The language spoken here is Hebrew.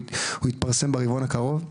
הוא יתפרסם ברבעון הקרוב,